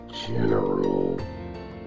general